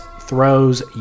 throws